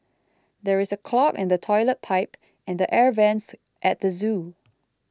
there is a clog in the Toilet Pipe and the Air Vents at the zoo